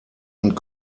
und